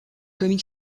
comic